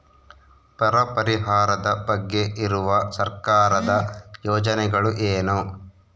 ಬರ ಪರಿಹಾರದ ಬಗ್ಗೆ ಇರುವ ಸರ್ಕಾರದ ಯೋಜನೆಗಳು ಏನು?